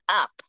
up